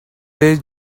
they